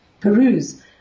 peruse